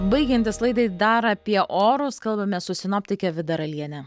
baigiantis laidai dar apie orus kalbamės su sinoptike vida raliene